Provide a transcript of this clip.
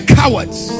cowards